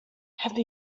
have